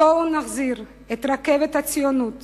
בואו נחזיר את רכבת הציונות